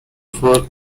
for